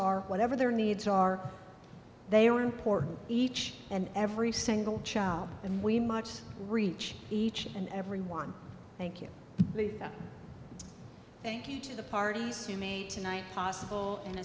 are whatever their needs are they are important each and every single child and we much reach each and every one thank you thank you to the parties who made tonight possible and